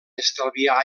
estalviar